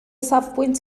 safbwynt